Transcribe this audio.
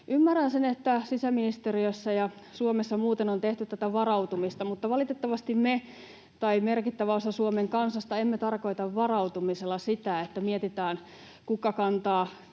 Ymmärrän sen, että sisäministeriössä ja Suomessa muuten on tehty tätä varautumista, mutta valitettavasti me — ja merkittävä osa Suomen kansasta — emme tarkoita varautumisella sitä, että mietitään, kuka kantaa